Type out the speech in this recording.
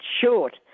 short